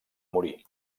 morir